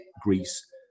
Greece